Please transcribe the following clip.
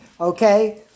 okay